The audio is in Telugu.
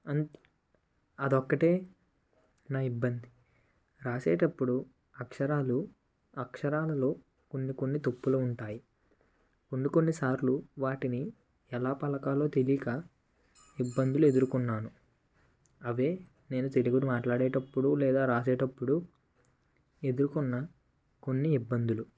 అదొక్కటే నా ఇబ్బంది రాసేటప్పుడు అక్షరాలు అక్షరాలలో కొన్ని కొన్ని తప్పులు ఉంటాయి కొన్ని కొన్ని సార్లు వాటిని ఎలా పలకాలోతెలియక ఇబ్బందులు ఎదుర్కొన్నాను అవే నేను తెలుగు మాట్లాడేటప్పుడు లేదా రాసేటప్పుడు ఎదుర్కొన్న కొన్ని ఇబ్బందులు